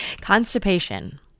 constipation